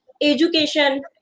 education